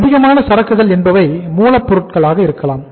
அதிகமான சரக்குகள் என்பவை மூலப் பொருட்களாக இருக்கலாம்